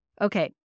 Okay